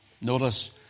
Notice